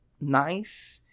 nice